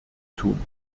tun